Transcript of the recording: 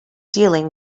dealing